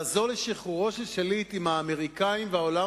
לעזור לשחרורו של שליט אם האמריקנים והעולם